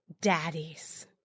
daddies